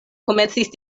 komencis